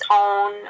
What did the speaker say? own